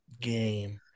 game